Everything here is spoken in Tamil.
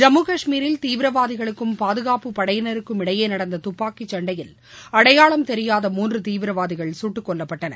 ஜம்மு கஷ்மீரில் திவிரவாதிகளுக்கும் பாதுகாப்பு படையினருக்கும் இடையே நடந்த துப்பாக்கிச்சண்டையில் அடையாளம் தெரியாத மூன்று தீவிரவாதிகள் சுட்டுக்கொல்லப்பட்டனர்